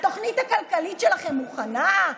התוכנית הכלכלית שלכם מוכנה?